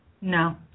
No